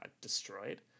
destroyed